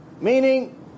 Meaning